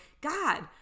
God